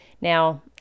Now